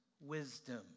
wisdom